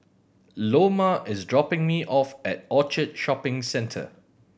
Loma is dropping me off at Orchard Shopping Centre